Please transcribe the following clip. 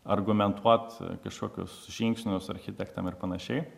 argumentuot kažkokius žingsnius architektam ir panašiai